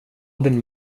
din